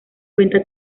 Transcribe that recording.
cuenta